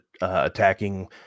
attacking